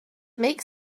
make